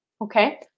Okay